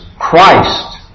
Christ